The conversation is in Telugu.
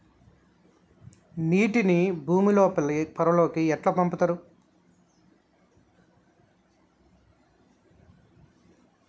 నీటిని భుమి లోపలి పొరలలోకి ఎట్లా పంపుతరు?